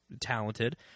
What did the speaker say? talented